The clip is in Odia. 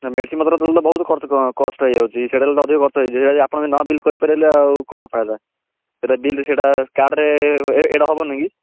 ମେଡ଼ିସିନ୍ପତ୍ର ତାହାହେଲେ ତ ବହୁତ ଖର୍ଚ୍ଚ କଷ୍ଟ୍ ହୋଇଯାଉଛି ସେଇଟା ହେଲେ ତ ଅଧିକ ଖର୍ଚ୍ଚ ହୋଇଯାଉଛି ଆପଣ ନ ବିଲ୍ କରିପାରିବେ ବୋଲେ ଆଉ କଣ ଫାଇଦା ସେଟା ବିଲ୍ ସେଟା କାର୍ଡ଼ରେ ଏଇଟା ହେବନି କି